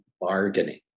bargaining